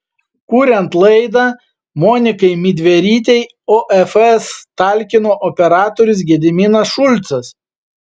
kuriant laidą monikai midverytei ofs talkino operatorius gediminas šulcas